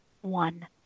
one